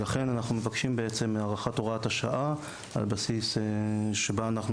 לכן אנחנו מבקשים את הארכת הוראת השעה על בסיס שבה אנחנו